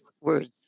words